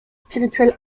spirituelle